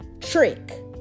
trick